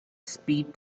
speed